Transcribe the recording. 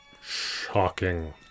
Shocking